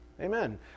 Amen